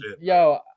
yo